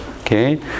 Okay